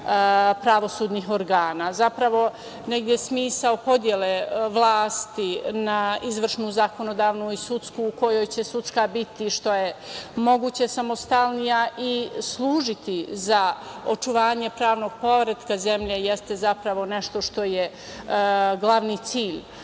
pravosudnih organa. Zapravo, negde smisao podele vlasti na izvrnu, zakonodavnu i sudsku, u kojoj će sudska biti što je moguće samostalnija i služiti za očuvanje pravnog poretka zemlje, jeste zapravo nešto što je glavni cilj